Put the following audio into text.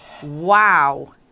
Wow